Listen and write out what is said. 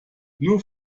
nur